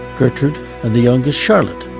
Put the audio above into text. gertrude and the youngest charlotte.